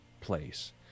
place